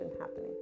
happening